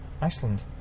Iceland